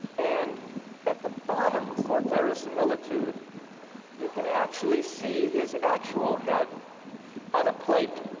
and at the bottom for verisimilitude you can actually see his actual had on a plate